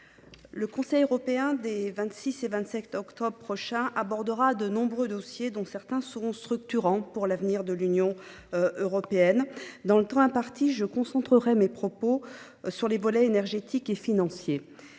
Le Conseil européen des 26 et 27 octobre prochain abordera de nombreux dossiers, dont certains sont structurants pour l’avenir de l’Union européenne. Dans le temps qui m’est imparti, je concentrerai mon propos sur les volets énergétique et financier.